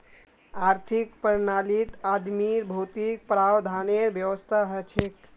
आर्थिक प्रणालीत आदमीर भौतिक प्रावधानेर व्यवस्था हछेक